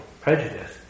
prejudice